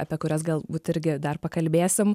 apie kurias galbūt irgi dar pakalbėsim